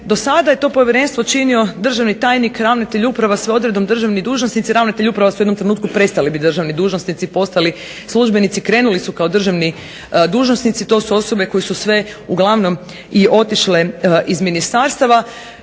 dosada je to povjerenstvo činio državni tajnik, ravnatelji uprava, sve odredom državni dužnosnici, ravnatelji uprava su u jednom trenutku prestali biti državni dužnosnici i postali službenici. Krenuli su kao državni dužnosnici, to su osobe koje su sve uglavnom i otišle iz ministarstava